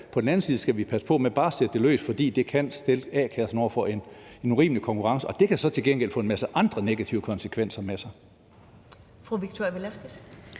På den anden side skal vi passe på med bare at sætte det løs, fordi det kan stille a-kasserne over for en urimelig konkurrence, og det kan så til gengæld føre en masse andre negative konsekvenser